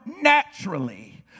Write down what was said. naturally